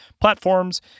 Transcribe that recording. platforms